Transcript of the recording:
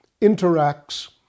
interacts